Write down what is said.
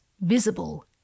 visible